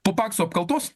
po pakso apkaltos